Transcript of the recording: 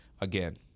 Again